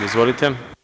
Izvolite.